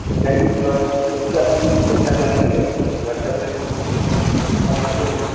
ମୁଁ ଯାଇକି blood test କରିକି ଆପଣଙ୍କୁ ରିପୋର୍ଟଟା ଜଣେଇବି ଆଉ ହ୍ୱାଟ୍ସପ୍ରେ ପଠେଇବି ଆପଣ ମୋତେ